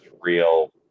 real